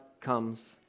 comes